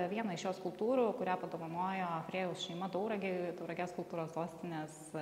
vieną iš jo skulptūrų kurią padovanojo frėjaus šeima tauragei tauragės kultūros sostinės